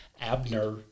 Abner